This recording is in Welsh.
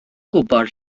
gwybod